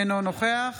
אינו נוכח